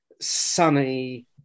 sunny